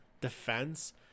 defense